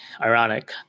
ironic